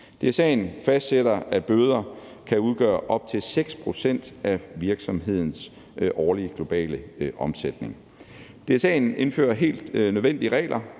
DSA'en fastsætter, at bøder kan udgøre op til 6 pct. af virksomhedens årlige globale omsætning. DSA'en indfører helt nødvendige regler,